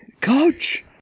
coach